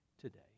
today